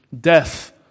death